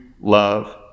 love